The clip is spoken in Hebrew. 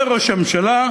אומר ראש הממשלה: